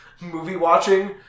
movie-watching